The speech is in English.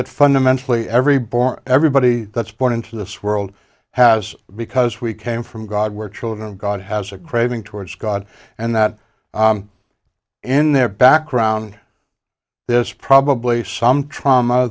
that fundamentally every born everybody that's born into this world has because we came from god we're children of god has a craving towards god and that in their background there's probably some trauma